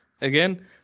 again